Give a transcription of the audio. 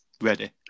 ready